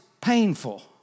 painful